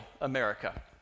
America